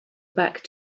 back